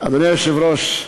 אדוני היושב-ראש,